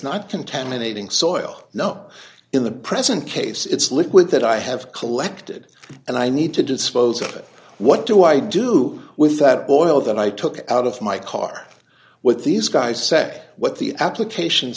not contaminating soil now in the present case it's liquid that i have collected and i need to dispose of it what do i do with that oil that i took out of my car with these guys say what the application